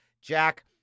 Jack